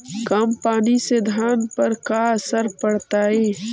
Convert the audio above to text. कम पनी से धान पर का असर पड़तायी?